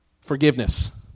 forgiveness